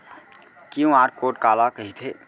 QR code काला कहिथे?